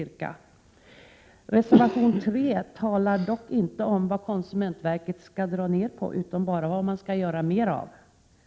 Reservation 3 talar dock inte om vad konsumentverket skall dra ned på, utan bara vad man skall göra mer av.